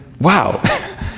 wow